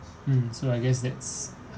mm so I guess that's